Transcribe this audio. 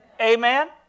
amen